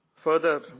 Further